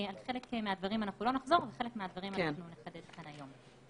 על חלק מהדברים אנחנו לא נחזור וחלק מהדברים אנחנו נחדש כאן היום.